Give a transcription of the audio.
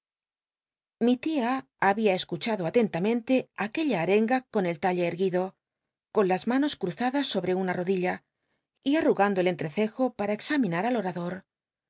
mi tia había escuchado atentamente aquelln arenga con el talle erguido con las manos cruzadas sobre una rodilla y arrugando el cnti'cccjo para examinar al orador